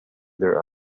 their